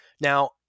Now